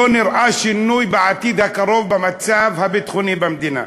לא נראה שינוי בעתיד הקרוב במצב הביטחוני במדינה.